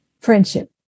friendship